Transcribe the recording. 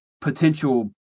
potential